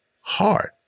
hard